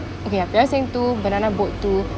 okay ah parasailing two banana boat two